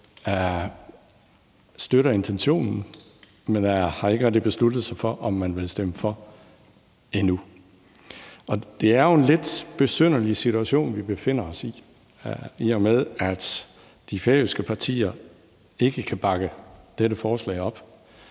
støtter intentionen, men ikke rigtig har besluttet sig for, om de gerne vil stemme for det endnu. Det er jo en lidt besynderlig situation, vi befinder os i, i og med at de færøske partier ikke kan bakke dette forslag op,